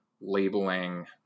labeling